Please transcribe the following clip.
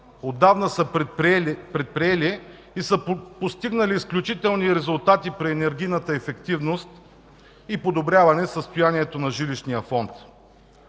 отдавна са предприели и са постигнали изключителни резултати при енергийната ефективност и подобряване състояние на жилищния фонд.